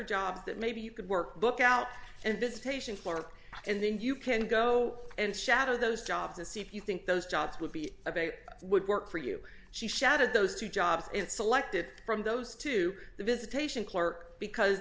jobs that maybe you can work book out and visitation for and then you can go and shadow those jobs and see if you think those jobs would be of a would work for you she shouted those two jobs in selected from those to the visitation clerk because